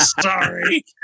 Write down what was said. sorry